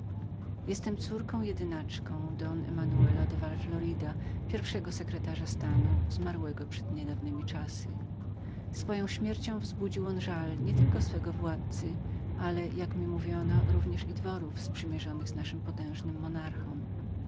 jestem córką jedynaczką don emmanuela de val florida pierwszego sekretarza stanu przed niedawnemi czasy zmarłego i zaszczyconego względami nietylko swego władcy ale jak mi mówiono kilku królów sprzymierzonych z naszym potężnym monarchą